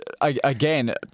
again